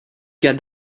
cas